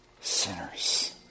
sinners